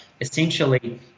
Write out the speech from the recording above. essentially